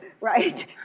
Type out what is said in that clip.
right